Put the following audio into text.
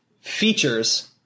features